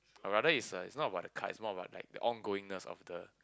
or rather it's uh it's not about the card it's more about like the ongoingness of the